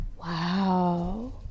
Wow